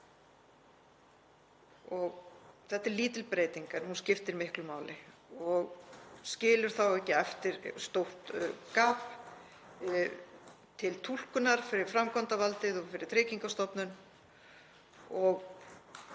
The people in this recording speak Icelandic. Þetta er lítil breyting en hún skiptir miklu máli og skilur þá ekki eftir stórt gap til túlkunar fyrir framkvæmdarvaldið og fyrir Tryggingastofnun.